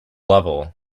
level